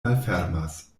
malfermas